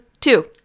two